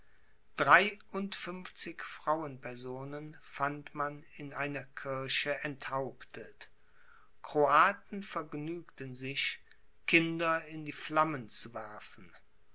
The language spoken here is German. dreiundfünfzig frauenspersonen fand man in einer kirche enthauptet croaten vergnügten sich kinder in die flammen zu werfen